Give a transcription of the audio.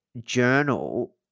journal